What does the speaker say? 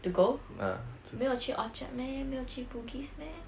to go 没有去 orchard meh 没有去 bugis meh